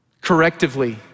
correctively